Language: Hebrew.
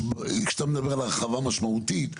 כשאתה מדבר על הרחבה משמעותית,